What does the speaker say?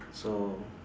so